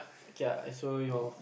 K ah so your